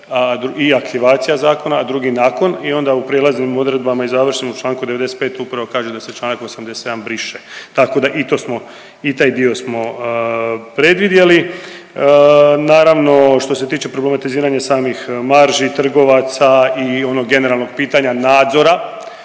i aktivacija zakona, a drugi nakon i onda u prijelaznim odredbama i završnim u čl. 95. upravo kaže da se čl. 87. briše, tako da i taj dio smo predvidjeli. Naravno što se tiče problematiziranja samih marži, trgovaca i onog generalnog pitanja nadzora